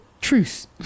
Truce